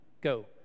go